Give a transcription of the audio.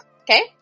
okay